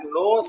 no